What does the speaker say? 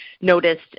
noticed